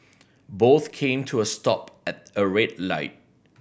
both came to a stop at a red light